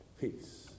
peace